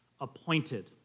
appointed